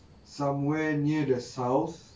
somewhere near the south